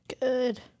Good